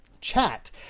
chat